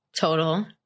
total